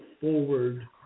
forward